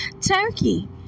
Turkey